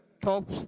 top